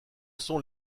sont